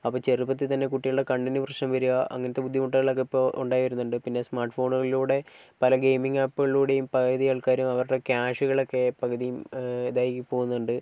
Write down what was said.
അപ്പോൾ ചെറുപ്പത്തിൽ തന്നെ കുട്ടികളുടെ കണ്ണിനു പ്രശ്നം വരിക അങ്ങനത്തെ ബുദ്ധിമുട്ടുകളൊക്കെ ഇപ്പോൾ ഉണ്ടായി വരുന്നുണ്ട് പിന്നെ സ്മാർട്ട് ഫോണുകളിലൂടെ പല ഗെയിമിംഗ് ആപ്പുകളിലൂടെയും പകുതി ആൾക്കാരും അവരുടെ ക്യാഷുകളൊക്കെ പകുതിയും ഇതായി പോവുന്നുണ്ട്